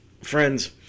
friends